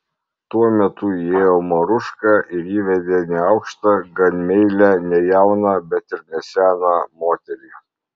tuo metu įėjo maruška ir įvedė neaukštą gan meilią ne jauną bet ir ne seną moterį